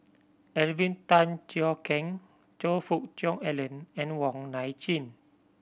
Alvin Tan Cheong Kheng Choe Fook Cheong Alan and Wong Nai Chin